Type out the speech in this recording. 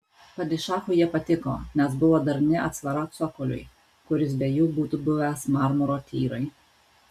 padišachui jie patiko nes buvo darni atsvara cokoliui kuris be jų būtų buvęs marmuro tyrai